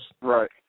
Right